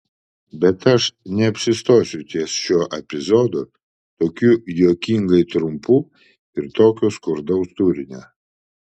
bet aš neapsistosiu ties šiuo epizodu tokiu juokingai trumpu ir tokio skurdaus turinio